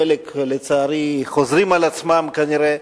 חלק, לצערי, חוזרים על עצמם כנראה,